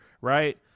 right